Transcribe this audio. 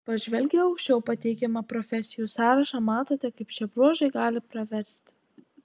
peržvelgę aukščiau pateikiamą profesijų sąrašą matote kaip šie bruožai gali praversti